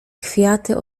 kwiaty